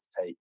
take